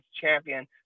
champion